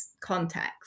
context